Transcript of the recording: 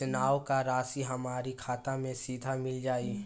योजनाओं का राशि हमारी खाता मे सीधा मिल जाई?